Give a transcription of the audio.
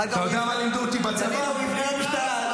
אחר כך הוא יפנה, דנינו, הוא יפנה למשטרה.